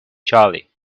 jolly